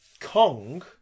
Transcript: Kong